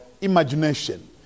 imagination